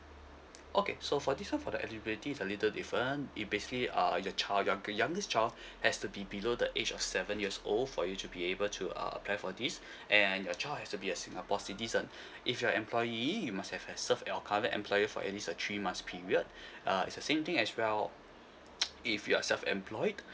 okay so for this so for the eligibility is a little different it basically uh if your child younger your youngest child has to be below the age of seven years old for you to be able to uh apply for this and your child has to be a singapore citizen if you're a employee you must have have serve your current employer for at least a three months period uh it's the same thing as well if you're self employed